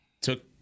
took